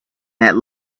that